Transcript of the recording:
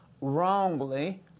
wrongly